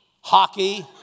hockey